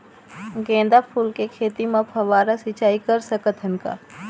गेंदा फूल के खेती म फव्वारा सिचाई कर सकत हन का?